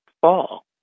fall